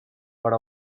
per